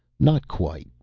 not quite,